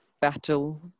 battle